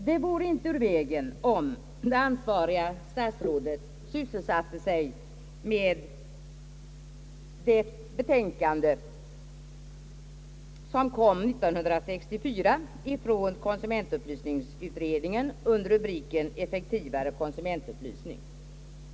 Det vore inte ur vägen om det ansvariga statsrådet sysselsatte sig med det betänkande som kom år 1964 ifrån konsumentupplysningsutredningen under rubriken Effektivare konsumentupplysning.